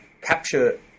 capture